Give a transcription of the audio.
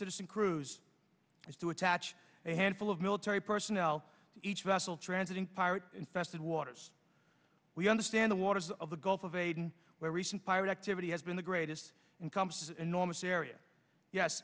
citizen crews is to attach a handful of mill terry personnel each vessel transiting pirate infested waters we understand the waters of the gulf of aden where recent pirate activity has been the greatest encompasses enormous area yes